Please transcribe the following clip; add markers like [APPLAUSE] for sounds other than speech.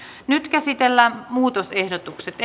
nyt käsitellään muutosehdotukset [UNINTELLIGIBLE]